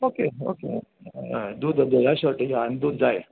okay okay हय दूद जालां शाॅर्टेज आनी दूद जाय